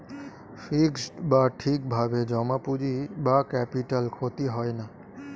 fixed বা ঠিক ভাবে জমা পুঁজি বা ক্যাপিটাল ক্ষতি হয় না